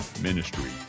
ministry